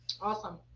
Awesome